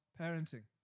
parenting